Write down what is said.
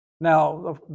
Now